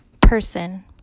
person